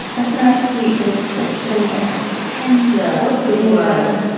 that's not sweet, but it's the tender. tender. what a good word.